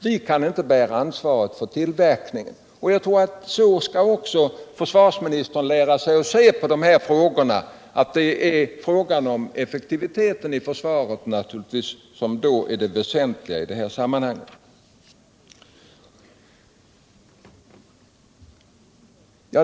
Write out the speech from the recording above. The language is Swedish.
Jag tror att försvarsministern också skall lära sig att se på de här frågorna på det sättet: att det är effektiviteten i försvaret som är det väsentliga!